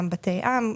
גם בתי עם,